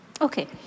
Okay